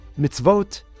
mitzvot